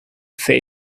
faith